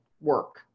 work